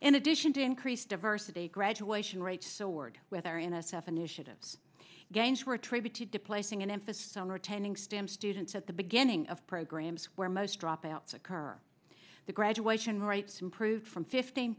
in addition to increase diversity graduation rates soared with our n s f initiatives gains were attributed to placing an emphasis on retaining stem students at the beginning of programs where most dropouts occur the graduation rates improved from fifteen